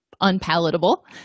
unpalatable